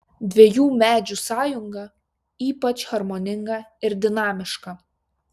dviejų medžių sąjunga ypač harmoninga ir dinamiška